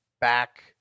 back